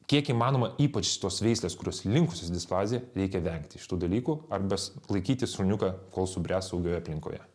kiek įmanoma ypač tos veislės kurios linkusios į displaziją reikia vengti šitų dalykų arba laikyti šuniuką kol subręs saugioje aplinkoje